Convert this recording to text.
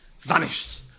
Vanished